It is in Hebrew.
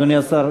אדוני השר,